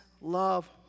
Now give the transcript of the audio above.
love